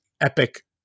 epic –